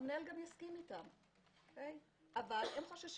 הוועדה ניהלה דיון ארוך בנושא דירוג סוציו-אקונומי וראשי רשויות,